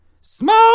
Smoke